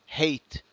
hate